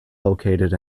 located